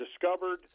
discovered